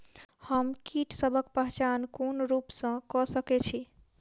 हम कीटसबक पहचान कोन रूप सँ क सके छी?